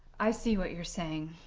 i see what you're saying.